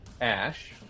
Ash